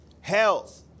health